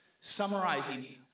summarizing